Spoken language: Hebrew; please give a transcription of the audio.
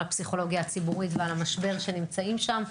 הפסיכולוגיה הציבורית ועל המשבר שנמצאים בו שם.